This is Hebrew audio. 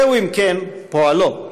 זהו, אם כן, פועלו.